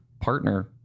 partner